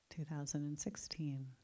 2016